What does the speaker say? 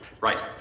Right